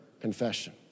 confession